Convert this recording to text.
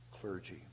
clergy